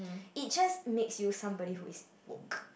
it just makes you somebody who is woke